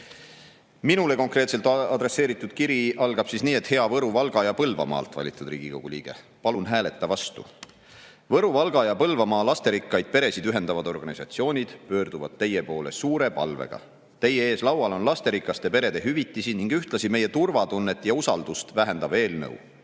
Minule konkreetselt adresseeritud kiri algab nii: "Hea Võru‑, Valga‑ ja Põlvamaalt valitud Riigikogu liige, palun hääleta vastu! Võru‑,Valga‑ ja Põlvamaa lasterikkaid peresid ühendavad organisatsioonid pöörduvad teie poole suure palvega. Teie ees laual on lasterikaste perede hüvitisi ning ühtlasi meie turvatunnet ja usaldust vähendav eelnõu,